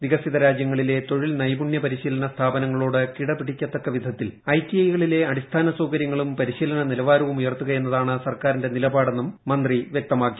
് വികസിത ് രാജ്യങ്ങളിലെ തൊഴിൽ നൈപുണ്യ പരിശീലനസ്ഥാപനങ്ങളോട് കിടപിടിക്കത്തക്ക വിധത്തിൽ ഐടിഐകളിലെ അടിസ്ഥാനസൌകര്യങ്ങളും പരിശീലന നിലവാരവും ഉയർത്തുകയെിന്നതാണ് സർക്കാരിന്റെ നിലപാടെന്നും മന്ത്രി വ്യക്തമാക്കി